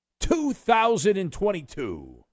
2022